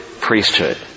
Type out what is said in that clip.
priesthood